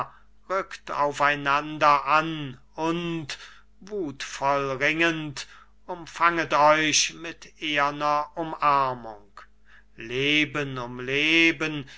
rückt auf einander an und wuthvoll ringend umfanget euch mit eherner umarmung leben um leben